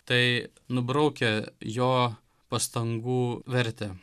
tai nubraukia jo pastangų vertę